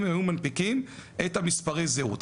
אם הם היו מנפיקים את מספרי הזהות.